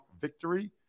victory